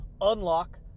Unlock